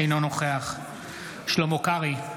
אינו נוכח שלמה קרעי,